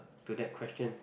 to that question